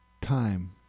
time